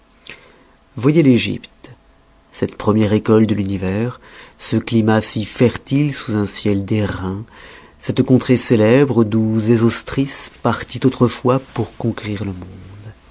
voyez l'egypte cette première école de l univers ce climat si fertile sous un ciel d'airain cette contrée célèbre d'où sésostris partit autrefois pour conquérir le monde